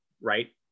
right